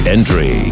Entry